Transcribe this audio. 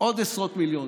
עוד עשרות מיליונים.